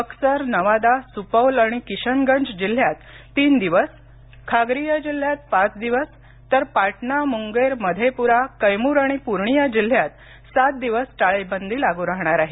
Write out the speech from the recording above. बक्सर नवादा सुपौल आणि किशनगंज जिल्ह्यात तीन दिवस खागरिया जिल्ह्यात पाच दिवस तर पाटणा मुंगेर मधेप्रा कैमूर आणि पूर्णिया जिल्ह्यात सात दिवस टाळेबंदी लागू राहणार आहे